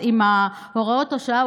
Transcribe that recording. עם הוראות השעה,